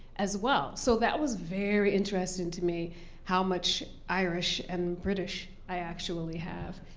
as well. so that was very interesting to me how much irish and british i actually have.